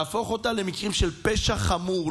להפוך אותה למקרים של פשע חמור,